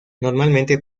normalmente